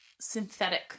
synthetic